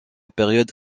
période